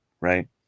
right